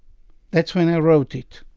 that's when i wrote it.